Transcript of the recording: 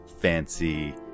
fancy